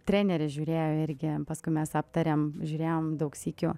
trenerė žiūrėjo irgi paskui mes aptariam žiūrėjom daug sykių